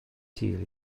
sul